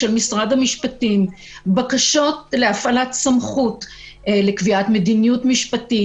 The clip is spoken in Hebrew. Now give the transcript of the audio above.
של משרד המשפטים: בקשות להפעלת סמכות לקביעת מדיניות משפטית,